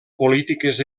polítiques